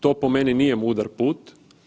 To po meni nije mudar put.